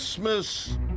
Christmas